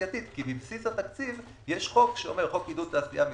כי בבסיס התקציב יש חוק שאומר שחוק עידוד תעשייה ומיסים,